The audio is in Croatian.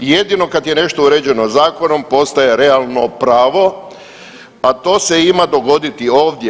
Jedino kada je nešto uređeno zakonom postaje realno pravo, a to se ima dogoditi ovdje.